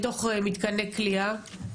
בתוך מתקני כליאה?